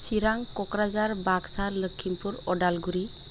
Chirang Kokrajhar Baksa Lakhimpur Udalguri